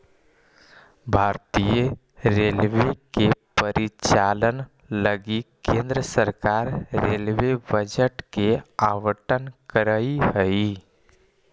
भारतीय रेलवे के परिचालन लगी केंद्र सरकार रेलवे बजट के आवंटन करऽ हई